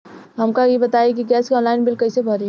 हमका ई बताई कि गैस के ऑनलाइन बिल कइसे भरी?